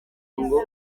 ngo